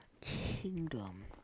kingdom